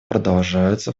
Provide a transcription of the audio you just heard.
продолжаются